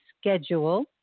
Schedule